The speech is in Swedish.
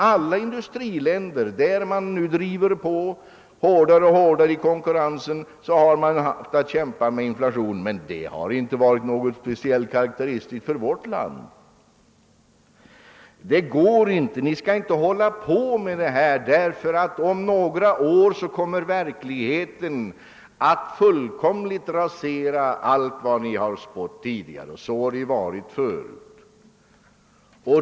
Alla industriländer, där konkurrensen nu blir allt hårdare, har haft att kämpa mot inflation. Detta har inte varit någonting karakteristiskt för vårt land. Ni bör inte fortsätta att tala på detta sätt, eftersom verkligheten om några år kommer att fullkomligt rasera allt vad ni har spått — så har det varit förut.